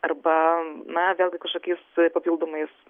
arba na vėlgi kažkokiais papildomais